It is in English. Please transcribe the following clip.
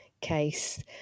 case